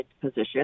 position